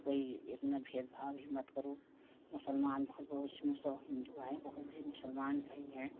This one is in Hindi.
कोई इतना भेदभाव ही मत करो मुसलमान बहुत बहुत मुसह हिन्दू हैं बहुत भी मुसलमान भाई हैं